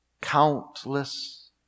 Countless